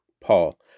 Paul